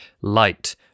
light